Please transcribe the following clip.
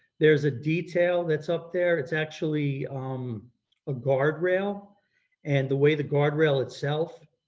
there's a detail that's up there, it's actually um a guardrail and the way the guardrail itself